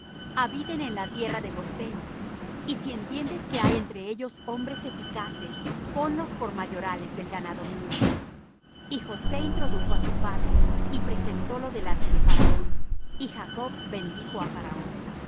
habiten en la tierra de gosén y si entiendes que hay entre ellos hombres eficaces ponlos por mayorales del ganado mío y josé introdujo á su padre y presentólo delante de faraón y jacob bendijo á faraón y